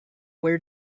where